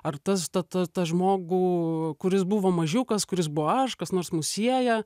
ar tas ta ta ta žmogų kuris buvo mažiukas kuris buvo aš kas nors mus sieja